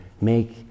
make